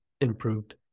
improved